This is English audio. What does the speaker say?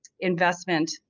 investment